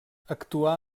actuà